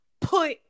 put